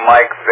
Mike